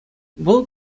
вӑл